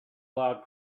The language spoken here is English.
loud